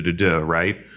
right